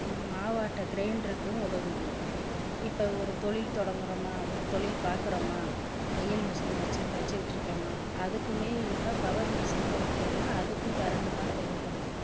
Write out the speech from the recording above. மாவாட்ட கிரைண்ட்ருக்கும் உதவுது இப்போ ஒரு தொழில் தொடங்குறோமா ஒரு தொழில் பார்க்குறமா தையல் மிஷின் வச்சு தச்சிகிட்டு இருக்கமா அதுக்குமே இப்போ பவர் மிஷின்ங்கிற பேர்ல அதுக்கும் கரண்ட் தான் தேவைப்படுது